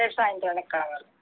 రేపు సాయంత్రానికి కావాలి